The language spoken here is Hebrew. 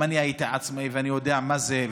גם אני היית עצמאי ואני יודע מה זה,